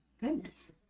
goodness